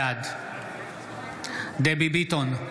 בעד דבי ביטון,